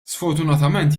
sfortunatament